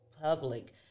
public